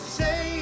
say